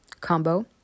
combo